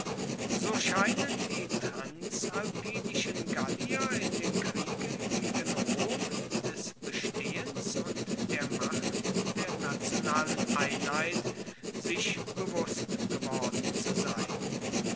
so scheinen die transalpinischen gallier in den kriegen gegen rom des bestehens und der macht der nationalen einheit sich bewußt geworden zu sein